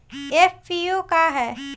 FPO का ह?